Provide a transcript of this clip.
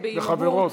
חברים וחברות.